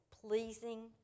pleasing